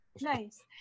Nice